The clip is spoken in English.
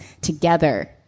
together